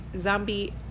zombie